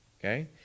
Okay